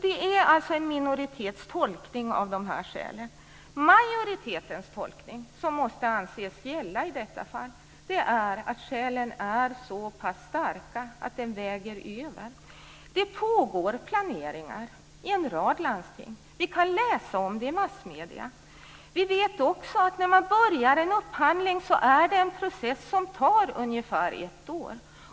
Det är alltså en minoritets tolkning av dessa skäl. Majoritetens tolkning, som måste anses gälla i detta fall, är att skälen är så pass starka att de väger över. Det pågår planering i en rad landsting. Vi kan läsa om det i massmedierna. Vi vet också att när man påbörjar en upphandling så är det en process som tar ungefär ett år.